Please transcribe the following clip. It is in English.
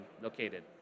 located